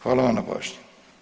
Hvala vam na pažnji.